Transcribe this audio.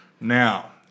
now